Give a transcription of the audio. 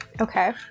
Okay